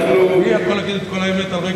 אני יכול להגיד את כל האמת על רגל אחת.